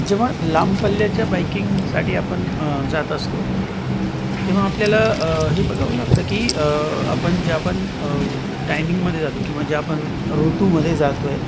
जेव्हा लांब पल्ल्याच्या बाईकिंगसाठी आपण जात असतो तेव्हा आपल्याला हे बघावं लागतं की आपण जे आपण टायमिंगमध्ये जातो किंवा जे आपण ऋतूमध्ये जातो आहे